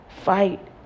fight